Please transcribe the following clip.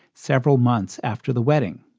several months after the wedding,